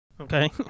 Okay